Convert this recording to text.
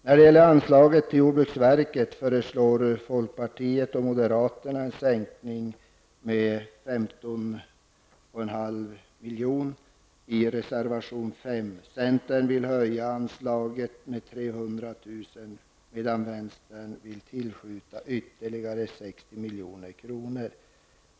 När det gäller anslaget till jordbruksverket föreslår folkpartiet och moderaterna en sänkning med 15,5 milj.kr. i reservation 5. Centern vill höja anslaget med 300 000 kr., medan vänstern vill tillskjuta ytterligare 60 milj.kr.